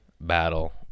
battle